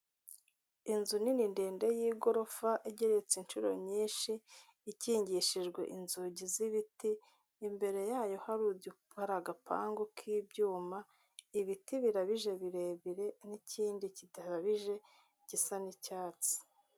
Inzu nini ndende y'igorofa, igeretse inshuro nyinshi ikingishijwe inzugi z'ibiti. Imbere yayo hari agapangu k'ibyuma, ibiti birabije birebire n'ikindi kitarabije gisa n'icyatsi.